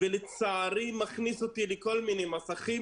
ולצערי מכניס אותי לכל מיני מסכים,